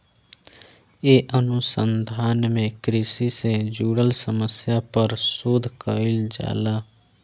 ए अनुसंधान में कृषि से जुड़ल समस्या पर शोध कईल जाला